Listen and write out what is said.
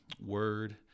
word